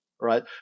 right